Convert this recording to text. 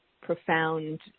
profound